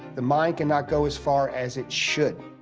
the mind can not go as far as it should.